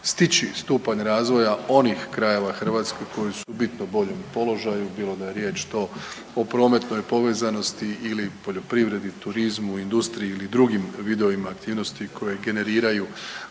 stići stupanj razvoja onih krajeva Hrvatske koji su u bitno boljem položaju bilo da je riječ to o prometnoj povezanosti ili poljoprivredi, turizmu, industriji ili drugim vidovima aktivnostima koje generiraju